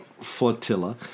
Flotilla